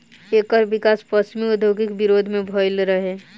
एकर विकास पश्चिमी औद्योगिक विरोध में भईल रहे